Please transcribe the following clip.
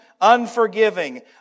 unforgiving